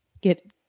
Get